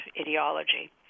ideology